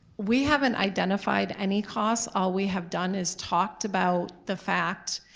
we haven't identified any costs. all we have done is talked about the fact,